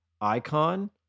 icon